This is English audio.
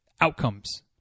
outcomes